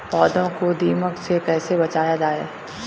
पौधों को दीमक से कैसे बचाया जाय?